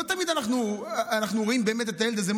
לא תמיד אנחנו רואים באמת את הילד הזה.